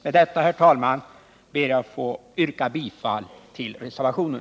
Med dessa ord, herr talman, ber jag att få yrka bifall till reservationen.